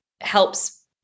helps